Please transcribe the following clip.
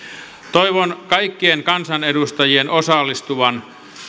toivon kaikkien kansanedustajien osallistuvan